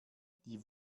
die